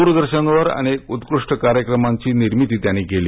दूरदर्शनवर अनेक उत्कृष्ट कार्यक्रमांची निर्मिती त्यांनी केली